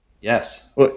Yes